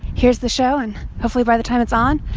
here's the show. and hopefully by the time it's on,